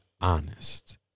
honest